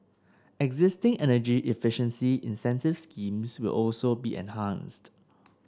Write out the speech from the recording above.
existing energy efficiency incentive schemes will also be enhanced